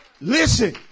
Listen